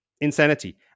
insanity